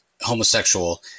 homosexual